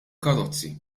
karozzi